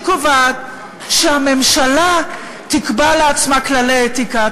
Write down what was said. קובעת זה שהממשלה תקבע לעצמה כללי אתיקה.